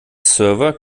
server